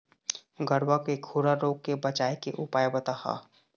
गरवा के खुरा रोग के बचाए के उपाय बताहा?